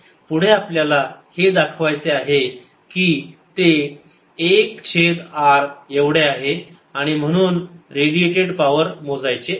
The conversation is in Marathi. पुढे आपल्याला हे दाखवायचे आहे की ते 1 छेद r एवढे आहे आणि म्हणून रेडीएटेड पावर मोजायचे आहे